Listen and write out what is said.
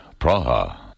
Praha